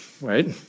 right